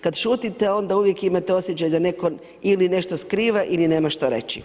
Kada šutite onda uvijek imate osjeća da neko ili nešto skriva ili nema što reći.